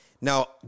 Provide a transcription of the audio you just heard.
Now